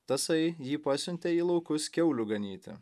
tasai jį pasiuntė į laukus kiaulių ganyti